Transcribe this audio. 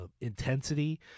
intensity